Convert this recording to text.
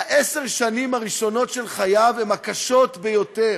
עשר השנים הראשונות של חייו הן הקשות ביותר,